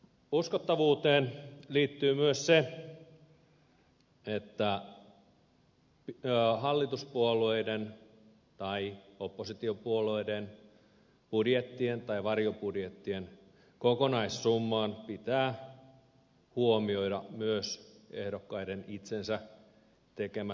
uskottavuuteen liittyy myös se että hallituspuolueiden tai oppositiopuolueiden budjettien tai varjobudjettien kokonaissummassa pitää huomioida myös ehdokkaiden itsensä tekemät talousarvioaloitteet